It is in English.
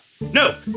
No